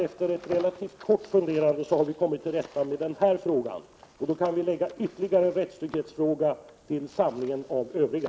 Efter ett relativt kort funderande har man säkerligen kommit till rätta med denna fråga. Då kan vi lägga ytterligare en rättstrygghetsfråga till samlingen av övriga.